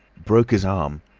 broke his arm,